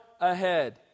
ahead